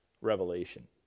Revelation